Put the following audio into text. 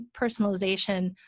personalization